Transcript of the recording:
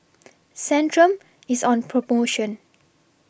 Centrum IS on promotion